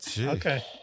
Okay